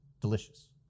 delicious